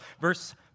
verse